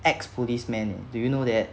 ex policeman do you know that